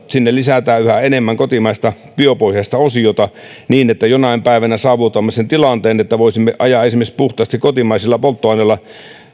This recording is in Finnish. sinne lisätään yhä enemmän kotimaista biopohjaista osiota niin että jonain päivänä saavutamme sen tilanteen että voisimme ajaa esimerkiksi puhtaasti kotimaisella polttoaineella